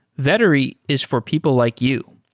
vettery is for people like you.